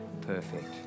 perfect